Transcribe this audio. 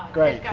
great.